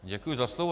Děkuji za slovo.